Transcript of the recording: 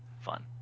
fun